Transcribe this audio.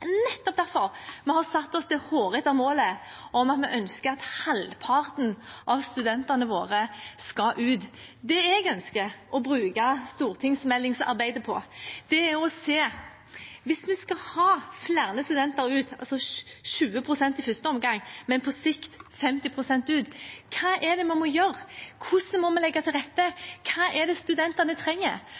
nettopp derfor vi har satt oss det hårete målet at vi ønsker at halvparten av studentene våre skal ut. Det jeg ønsker å bruke stortingsmeldingsarbeidet på, er å se på hva vi må gjøre hvis vi skal få flere studenter ut – i første omgang 20 pst., men på sikt 50 pst. Hvordan må vi legge til rette? Hva er det studentene trenger